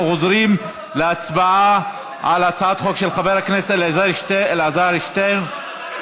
אנחנו עוברים להצבעה על הצעת החוק של חבר הכנסת אלעזר שטרן.